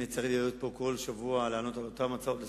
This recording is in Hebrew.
אם יצא לי לעלות פה כל שבוע ולענות על אותן הצעות לסדר-היום,